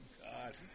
God